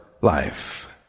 life